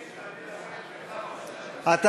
מסיר.